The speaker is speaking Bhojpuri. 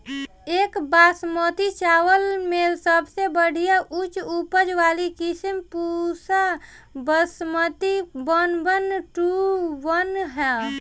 एक बासमती चावल में सबसे बढ़िया उच्च उपज वाली किस्म Pusa Basmati one one two one ह?